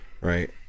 Right